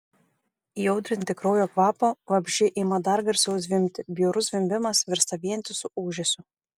įaudrinti kraujo kvapo vabzdžiai ima dar garsiau zvimbti bjaurus zvimbimas virsta vientisu ūžesiu